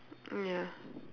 mm ya